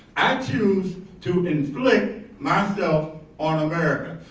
i choose to inflict myself on america.